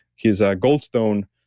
he's ah goldstone.